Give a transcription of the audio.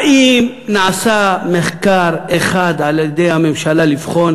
האם נעשה מחקר אחד על-ידי הממשלה לבחון